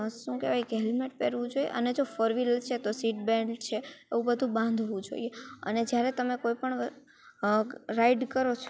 શું કહેવાય કે હેલમેટ પહેરવું જોઈએ અને જો ફોરવિલ છે તો સીટ બેલ્ટ છે એવું બધુ બાંધવું જોઈએ અને જ્યારે તમે કોઈપણ રાઈડ કરો છો